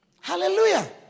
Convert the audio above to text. hallelujah